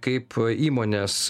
kaip įmonės